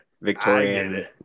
Victorian